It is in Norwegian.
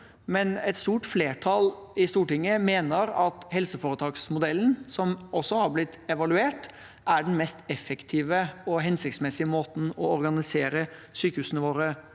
Men et stort flertall i Stortinget mener at helseforetaksmodellen, som også har blitt evaluert, er den mest effektive og hensiktsmessige måten å organisere sykehusene våre